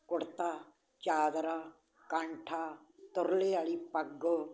ਕੁੜਤਾ ਚਾਦਰਾ ਕੈਂਠਾਂ ਤੁਰਲੇ ਵਾਲੀ ਪੱਗ